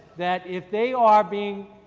that if they are being,